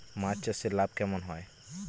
মাছ চাষে লাভ কেমন হয়?